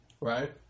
right